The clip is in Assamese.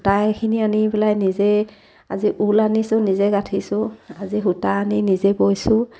সূতা এখিনি আনি পেলাই নিজে আজি ঊল আনিছোঁ নিজে গাঁঠিছোঁ আজি সূতা আনি নিজেই বৈছোঁ